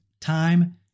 time